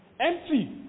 Empty